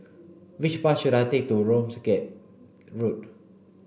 which bus should I take to Ramsgate Road